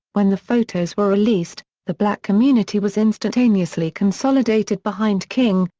when the photos were released, the black community was instantaneously consolidated behind king,